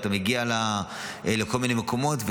אתה מגיע לכל מיני מקומות,